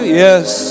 yes